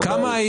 אבל,